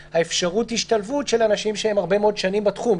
אפשרות ההשתלבות של אנשים שהם הרבה מאוד שנים בתחום.